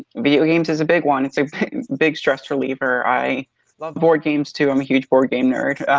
video games is a big one. it's a big stress reliever. i love board games too i'm a huge board game nerd.